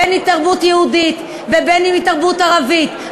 בין שהיא תרבות יהודית ובין שהיא תרבות ערבית,